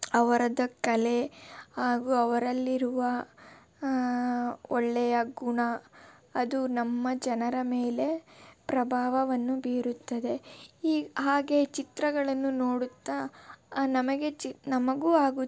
ಅವರದ್ದು ಕಲೆ ಹಾಗು ಅವರಲ್ಲಿರುವ ಒಳ್ಳೆಯ ಗುಣ ಅದು ನಮ್ಮ ಜನರ ಮೇಲೆ ಪ್ರಭಾವವನ್ನು ಬೀರುತ್ತದೆ ಹೀಗೆ ಹಾಗೆ ಚಿತ್ರಗಳನ್ನು ನೋಡುತ್ತಾ ನಮಗೆ ಚಿ ನಮಗೂ ಹಾಗು